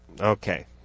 Okay